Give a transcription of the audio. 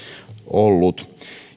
ollut